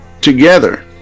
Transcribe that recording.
together